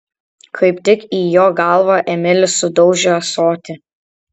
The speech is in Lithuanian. kaip tik į jo galvą emilis sudaužė ąsotį